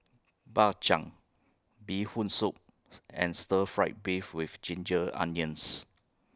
Bak Chang Bee Hoon Soup and Stir Fried Beef with Ginger Onions